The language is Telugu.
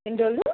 ఎన్ని రోజులు